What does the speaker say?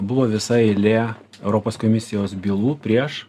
buvo visa eilė europos komisijos bylų prieš